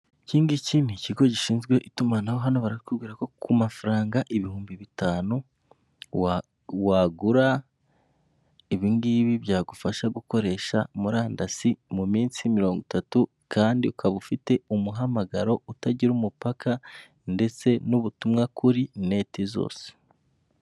Ikindi ikigo gishinzwe itumanaho hano barakwibwira ku mafaranga ibihumbi bitanu, wagura ibingibi byagufasha gukoresha murandasi mu minsi mirongo itatu kandi ukaba ufite umuhamagaro utagira umupaka ndetse n'ubutumwa kuri net zose.